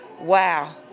wow